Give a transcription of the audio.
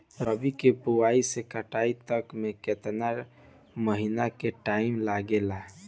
रबी के बोआइ से कटाई तक मे केतना महिना के टाइम लागेला?